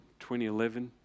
2011